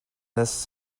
this